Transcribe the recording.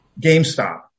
GameStop